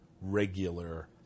regular